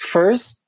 First